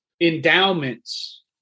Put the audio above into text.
endowments